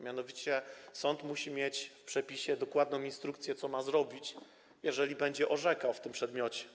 Mianowicie sąd musi mieć w przepisie dokładną instrukcję, co ma zrobić, jeżeli będzie orzekał w tym przedmiocie.